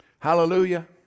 Hallelujah